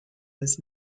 was